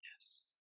yes